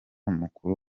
mukuru